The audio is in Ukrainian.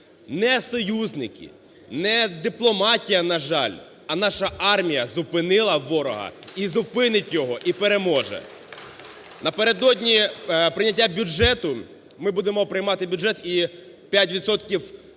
Не союзники, не дипломатія, на жаль, а наша армія зупинила ворога і зупинить його, і переможе. Напередодні прийняття бюджету... Ми будемо приймати бюджет і 5 відсотків